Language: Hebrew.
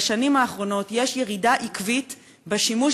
בשנים האחרונות יש ירידה עקבית בשימוש